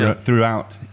throughout